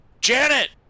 Janet